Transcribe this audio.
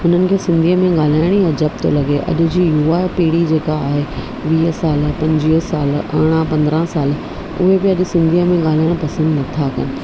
हुननि खे सिंधीअ में ॻाल्हाइण ई अजब थो लॻे अॼु जी युवा पीड़ी जेका आहे वीह साल पंजुवीह साल अरिड़हं पंद्रहं साल उहे बि अॼु सिंधी में पसंदि नथा कनि